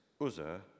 Uzzah